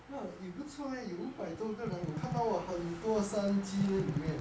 !huh! 也不错 leh 有百多个人我看到 !wah! 很多升级生机在里面